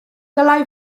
dylai